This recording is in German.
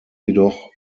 jedoch